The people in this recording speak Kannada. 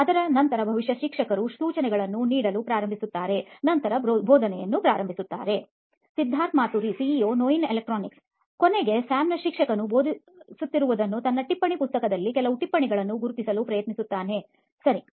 ಅದರ ನಂತರ ಬಹುಶಃ ಶಿಕ್ಷಕರು ಸೂಚನೆಗಳನ್ನು ನೀಡಲು ಪ್ರಾರಂಭಿಸುತ್ತಾರೆ ನಂತರ ಬೋಧನೆಯನ್ನು ಪ್ರಾರಂಭಿಸಿತ್ತಾರೆ ಸಿದ್ಧಾರ್ಥ್ ಮಾತುರಿ ಸಿಇಒ ನೋಯಿನ್ ಎಲೆಕ್ಟ್ರಾನಿಕ್ಸ್ ಕೊನೆಗೆ ಸ್ಯಾಮ್ ನು ಶಿಕ್ಷಕನು ಬೋಧಿಸುತ್ತಿರುವುದನ್ನು ತನ್ನ ಟಿಪ್ಪಣಿ ಪುಸ್ತಕದಲ್ಲಿ ಕೆಲವು ಟಿಪ್ಪಣಿಗಳನ್ನು ಗುರುತಿಸಲು ಪ್ರಯತ್ನಿಸುತ್ತಾನೆ ಸರಿ